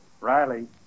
Riley